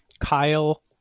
Kyle